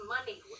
money